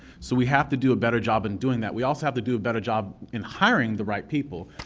so we have to do a better job in doing that, we also have to do a better job in hiring the right people.